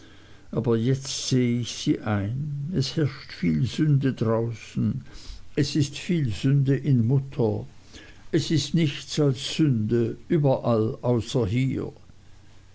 aber jetzt sehe ich sie ein es herrscht viel sünde draußen es ist viel sünde in mutter es ist nichts als sünde überall außer hier